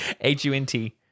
h-u-n-t